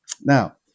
Now